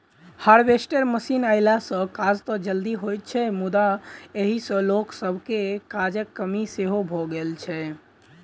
harvester machine अयला सॅ काज त जल्दी होइत छै मुदा एहि सॅ लोक सभके काजक कमी सेहो भ गेल छै